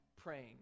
praying